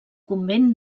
convent